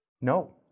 No